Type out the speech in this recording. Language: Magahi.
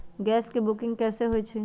गैस के बुकिंग कैसे होईछई?